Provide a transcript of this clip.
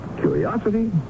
curiosity